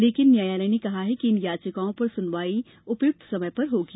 लेकिन न्यायालय ने कहा कि इन याचिकाओं पर सुनवाई उपयुक्त समय पर होगी